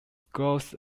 scrolls